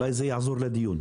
אולי זה יעזור לדיון.